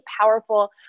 powerful